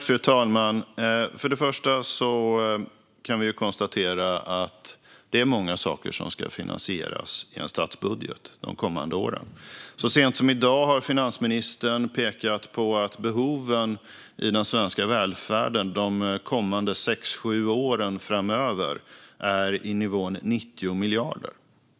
Fru talman! Först kan vi konstatera att det är många saker som ska finansieras i en statsbudget de kommande åren. Så sent som i dag har finansministern pekat på att behoven i den svenska välfärden de kommande sex sju åren är på nivån 90 miljarder.